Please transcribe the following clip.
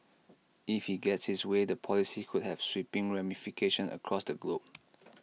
if he gets his way the policy could have sweeping ramifications across the globe